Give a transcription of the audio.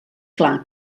clar